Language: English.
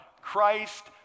Christ